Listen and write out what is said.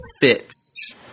fits